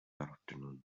afternoon